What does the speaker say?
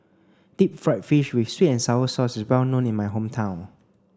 deep fried fish with sweet and sour sauce is well known in my hometown